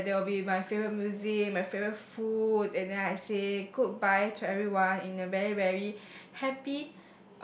where there will be my favourite music my favourite food and then I say goodbye to everyone in a very very happy